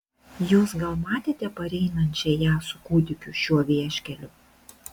jūs gal matėte pareinančią ją su kūdikiu šiuo vieškeliu